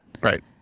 right